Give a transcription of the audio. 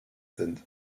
sind